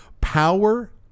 Power